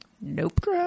Nope